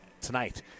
tonight